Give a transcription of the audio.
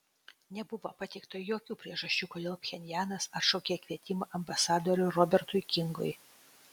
nebuvo pateikta jokių priežasčių kodėl pchenjanas atšaukė kvietimą ambasadoriui robertui kingui